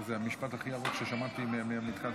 אדוני היושב-ראש, מכובדיי